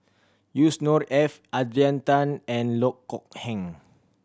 Yusnor Ef Adrian Tan and Loh Kok Heng